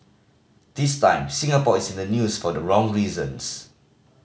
this time Singapore is in the news for the wrong reasons